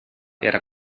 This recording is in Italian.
era